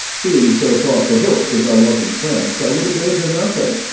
being so far provok'd as i was in france, i would abate her nothing,